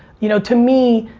you know to me,